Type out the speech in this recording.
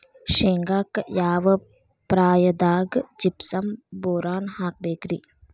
ಶೇಂಗಾಕ್ಕ ಯಾವ ಪ್ರಾಯದಾಗ ಜಿಪ್ಸಂ ಬೋರಾನ್ ಹಾಕಬೇಕ ರಿ?